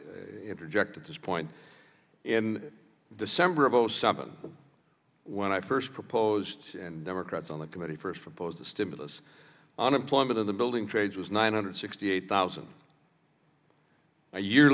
interject at this point in december of zero seven when i first proposed and democrats on the committee first proposed the stimulus unemployment of the building trades was nine hundred sixty eight thousand a year